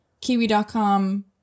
Kiwi.com